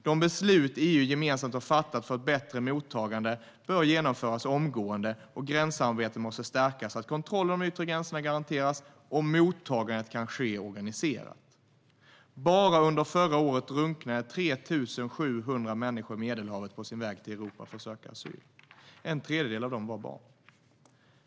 De beslut EU gemensamt har fattat för ett bättre mottagande bör genomföras omgående, och gränssamarbetet måste stärkas så att kontrollen av de yttre gränserna kan garanteras och mottagandet kan ske organiserat. Bara under förra året drunknade 3 700 människor i Medelhavet på sin väg till Europa för att söka asyl. En tredjedel av dem var barn.